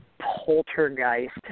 poltergeist